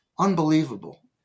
Unbelievable